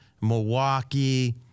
Milwaukee